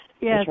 yes